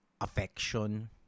affection